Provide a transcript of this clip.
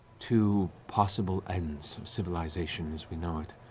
two possible ends of civilization as we know it.